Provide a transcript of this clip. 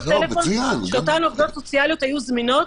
טלפון שאותן עובדות סוציאליות היו זמינות.